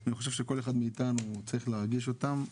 אני חושב שכל אחד מאיתנו צריך להרגיש אותם,